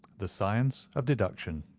the science of deduction.